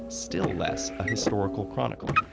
still less a historical chronicle.